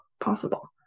possible